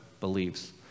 believes